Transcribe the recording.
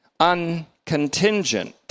Uncontingent